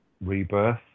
rebirth